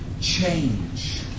change